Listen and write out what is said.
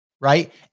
right